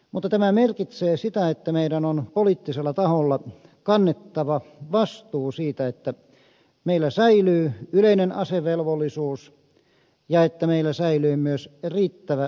mutta tämä merkitsee sitä että meidän on poliittisella taholla kannettava vastuu siitä että meillä säilyy yleinen asevelvollisuus ja että meillä säilyy myös riittävä materiaalinen valmius